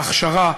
להכשרה,